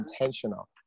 intentional